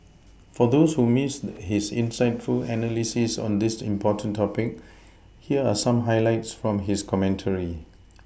for those who Missed his insightful analysis on this important topic here are some highlights from his commentary